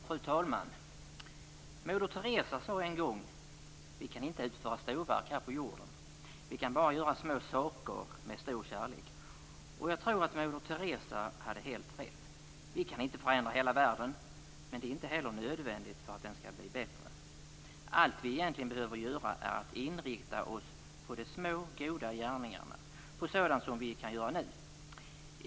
Fru talman! Moder Teresa sade en gång: "Vi kan inte utföra storverk här på jorden. Vi kan bara göra små saker med stor kärlek." Jag tror att moder Teresa hade helt rätt. Vi kan inte förändra hela världen, men det är inte heller nödvändigt för att den skall bli bättre. Allt vi egentligen behöver göra är att inrikta oss på de små goda gärningarna, på sådant som vi kan göra nu.